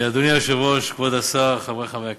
אדוני היושב-ראש, כבוד השר, חברי חברי הכנסת,